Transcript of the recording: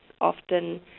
often